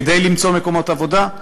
כדי למצוא מקומות עבודה,